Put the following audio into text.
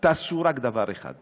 תעשו רק דבר אחד,